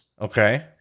Okay